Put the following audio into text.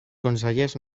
consellers